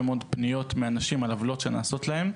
מאוד פניות מאנשים על עוולות שנעשות להם.